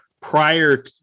prior